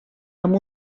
amb